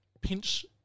pinch